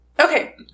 Okay